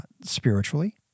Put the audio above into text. spiritually